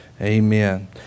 Amen